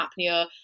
apnea